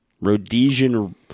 Rhodesian